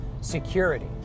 security